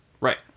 Right